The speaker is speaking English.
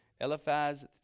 Eliphaz